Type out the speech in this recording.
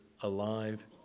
alive